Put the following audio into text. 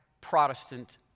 Protestant